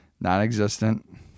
Non-existent